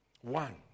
one